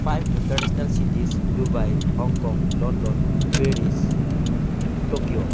five international cities Dubai Hong Kong London Paris Tokyo